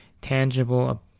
tangible